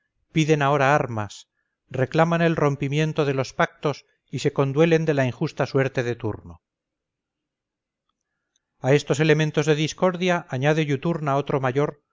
piden ahora armas reclaman el rompimiento de los pactos y se conduelen de la injusta suerte de turno a estos elementos de discordia añade iuturna otro mayor